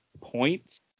points